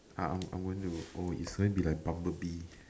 ah I'm I'm going to oh it's going to be like bumble bee